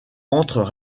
entrent